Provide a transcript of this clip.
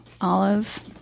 Olive